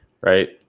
right